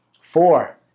Four